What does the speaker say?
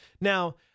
Now